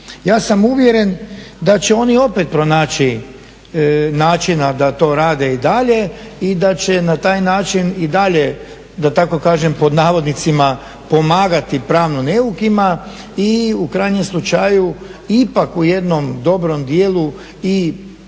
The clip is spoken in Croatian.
Ja sam uvjeren da će oni opet pronaći načina da to rade i dalje i da će i na taj način i dalje da tako kažem pod navodnicima "pomagati" pravno neukima i u krajnjem slučaju ipak u jednom dobrom dijelu i usporavati